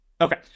Okay